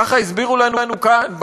ככה הסבירו לנו כאן,